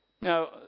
Now